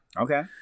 Okay